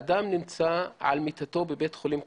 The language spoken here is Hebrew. אדם נמצא על מיטתו בבית חולים קפלן.